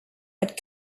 but